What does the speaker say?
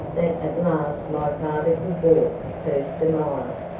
that at last my father could walk first a mile,